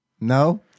No